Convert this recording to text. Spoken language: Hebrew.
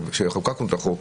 כשחוקקנו את החוק